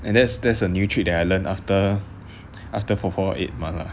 and that's that's a new trick that I learnt after after 婆婆 ate mala